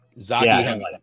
Zaki